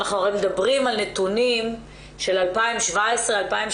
הרי אנחנו מדברים על נתונים של 2017-2018,